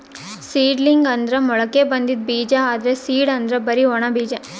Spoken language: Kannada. ಸೀಡಲಿಂಗ್ ಅಂದ್ರ ಮೊಳಕೆ ಬಂದಿದ್ ಬೀಜ, ಆದ್ರ್ ಸೀಡ್ ಅಂದ್ರ್ ಬರಿ ಒಣ ಬೀಜ